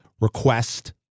request